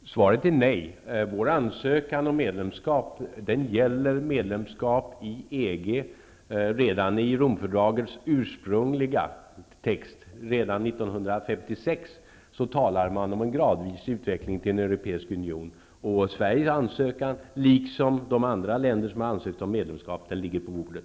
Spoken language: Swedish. Fru talman! Svaret är nej. Vår ansökan om medlemskap gäller medlemskap i EG. Redan i Romfördragets ursprungliga text 1956 talar man om en gradvis utveckling till en europeisk union. Sveriges ansökan liksom ansökningarna från andra länder ligger på bordet.